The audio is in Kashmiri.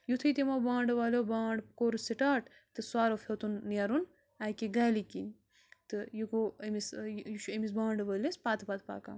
یُتھُے تِمو بانٛڈٕ والیو بانٛڈ کوٚر سِٹاٹ تہٕ سۄرُپھ ہیوٚتُن نیرُن اَکہِ گَلہِ کِنۍ تہٕ یہِ گوٚو أمِس یہِ چھُ أمِس بانڈٕ وٲلِس پتہٕ پَتہٕ پَکان